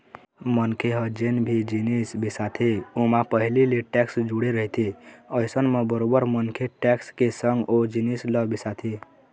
मनखे ह जेन भी जिनिस बिसाथे ओमा पहिली ले टेक्स जुड़े रहिथे अइसन म बरोबर मनखे टेक्स के संग ओ जिनिस ल बिसाथे